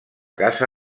casa